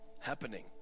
happening